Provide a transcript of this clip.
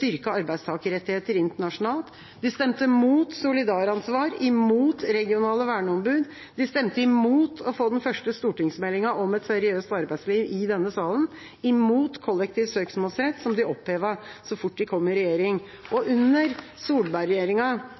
styrke arbeidstakerrettigheter internasjonalt, de stemte imot solidaransvar, imot regionale verneombud, de stemte imot å få den første stortingsmeldinga om et seriøst arbeidsliv i denne salen, imot kollektiv søksmålsrett, som de opphevet så fort de kom i regjering. Under